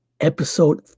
Episode